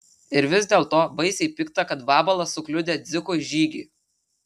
ir vis dėlto baisiai pikta kad vabalas sukliudė dzikui žygį